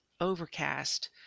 Overcast